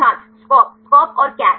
छात्र SCOP SCOP और CATH